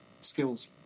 skills